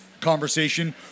conversation